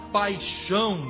paixão